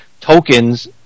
tokens